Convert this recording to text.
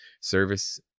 service